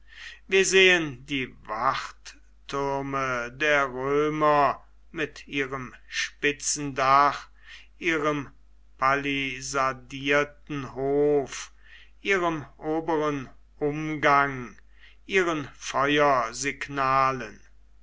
wir sehen die wachttürme der römer mit ihrem spitzen dach ihrem pallisadierten hof ihrem oberen umgang ihren feuersignalen